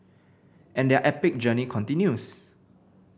and their epic journey continues